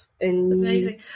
Amazing